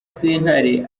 sentare